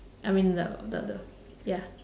I mean no the the ya